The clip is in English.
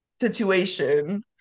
situation